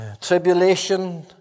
tribulation